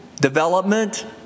development